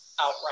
outright